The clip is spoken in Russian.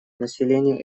населения